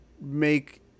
Make